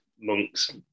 monks